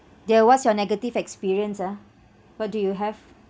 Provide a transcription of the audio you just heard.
dear what's your negative experience ah what do you have